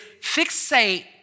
fixate